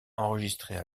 enregistrées